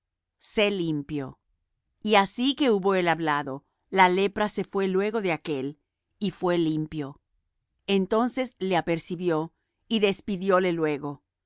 sé limpio y así que hubo él hablado la lepra se fué luego de aquél y fué limpio entonces le apercibió y despidióle luego